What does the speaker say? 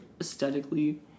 aesthetically